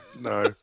No